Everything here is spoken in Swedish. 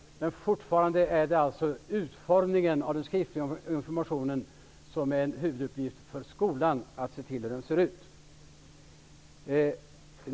Men utformningen av den skriftliga informationen är alltså en huvuduppgift för skolan.